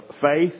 faith